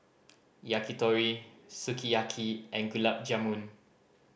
Yakitori Sukiyaki and Gulab Jamun